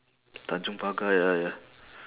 tanjong pagar ya ya